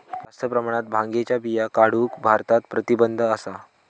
जास्त प्रमाणात भांगेच्या बिया काढूक भारतात प्रतिबंध असा